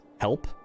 help